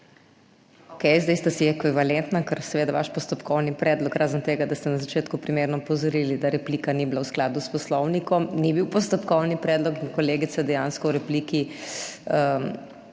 Okej, zdaj ste si ekvivalentna, ker seveda vaš postopkovni predlog razen tega, da ste na začetku primerno opozorili, da replika ni bila v skladu s Poslovnikom, ni bil postopkovni predlog. Kolegica, dejansko v repliki,